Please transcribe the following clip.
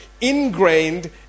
ingrained